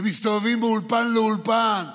ומסתובבים מאולפן לאולפן ואומרים: